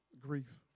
grief